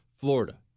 Florida